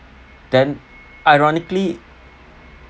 then ironically